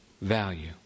value